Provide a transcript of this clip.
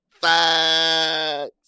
fucks